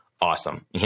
awesome